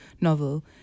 novel